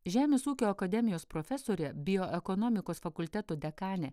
žemės ūkio akademijos profesorė bioekonomikos fakulteto dekanė